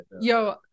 Yo